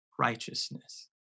righteousness